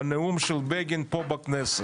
הנאום של בגין פה בכנסת.